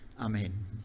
Amen